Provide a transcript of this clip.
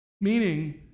Meaning